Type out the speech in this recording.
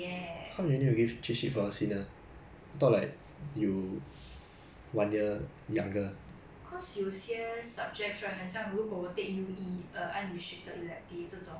cause 有些 subjects right 很像如果我 take U_E err unrestricted elective 这种 then ya 有时候 like 我朋友还没拿 mah so I will err give them pass them my notes lor